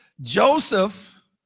Joseph